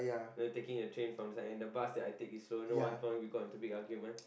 you know taking the train from and the bus that I take is slow then one point we got into a big argument